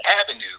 avenue